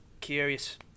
Curious